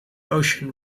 ocean